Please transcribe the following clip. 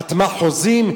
חתמה חוזים,